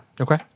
Okay